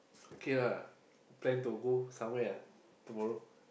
K lah plan to go somewhere ah tomorrow